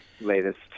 latest